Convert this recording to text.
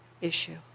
issue